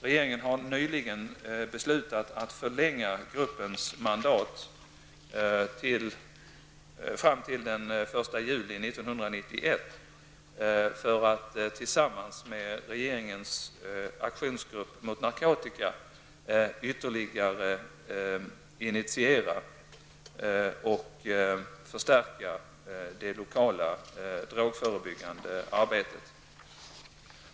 Regeringen har nyligen beslutat att förlänga gruppens mandat fram till den 1 juli 1991 för att tillsammans med regeringens aktionsgrupp mot narkotika ytterligare intensifiera och förstärka det lokala drogförebyggande arbetet.